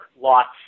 lots